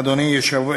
אדוני היושב-ראש,